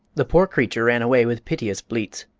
the poor creature ran away with piteous bleats,